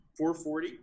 440